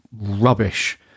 rubbish